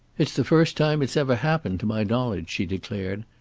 it's the first time it's ever happened, to my knowledge, she declared.